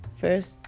First